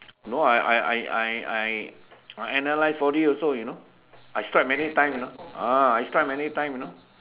no I I I I I I I analyse four D also you know I strike many times you know ah I strike many time you know